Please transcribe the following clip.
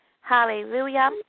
Hallelujah